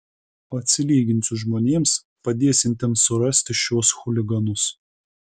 atsilyginsiu žmonėms padėsiantiems surasti šiuos chuliganus